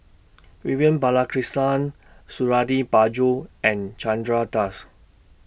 Vivian Balakrishnan Suradi Parjo and Chandra Das